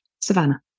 Savannah